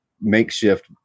makeshift